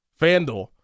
FanDuel